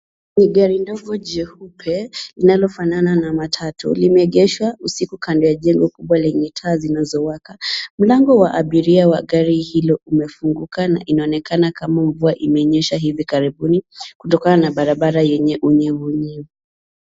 Ni gari ndogo jeupe linalo fanana na matatu limeegeshwa usiku kando ya jengo kubwa lenye taa zinazo waka. Mlango wa abiria wa gari hilo umefunguka na inaonekana kama mvua mimenyesha hivi karibuni kutokana na barabara yenye unyevu nyevu.